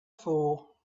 fool